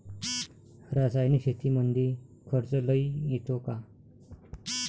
रासायनिक शेतीमंदी खर्च लई येतो का?